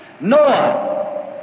Noah